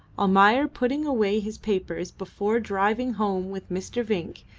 almayer putting away his papers before driving home with mr. vinck,